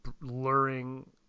luring